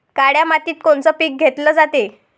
काळ्या मातीत कोनचे पिकं घेतले जाते?